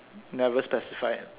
never specified